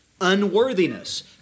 unworthiness